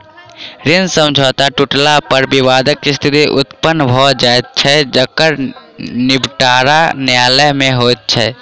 ऋण समझौता टुटला पर विवादक स्थिति उत्पन्न भ जाइत छै जकर निबटारा न्यायालय मे होइत छै